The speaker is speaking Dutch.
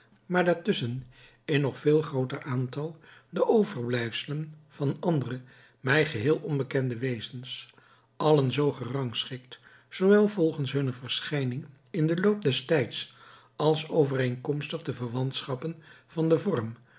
maar daartusschen in nog veel grooter aantal de overblijfselen van andere mij geheel onbekende wezens allen zoo gerangschikt zoowel volgens hunne verschijning in den loop des tijds als overeenkomstig de verwantschappen van den vorm